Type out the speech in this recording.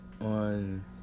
on